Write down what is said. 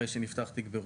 הרי שנפתח תיק בירור.